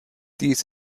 dies